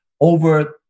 over –